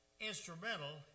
instrumental